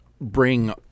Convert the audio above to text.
bring